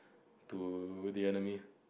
to the enemy